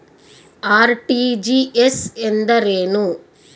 RTGS ಎಂದರೇನು?